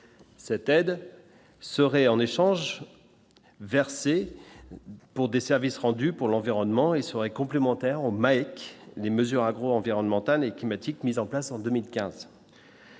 Cette aide serait en échange versés pour des services rendus, pour l'environnement et seraient complémentaires on magique des mesures agro-environnementales et climatiques, mis en place en 2015.